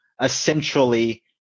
essentially